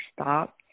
stop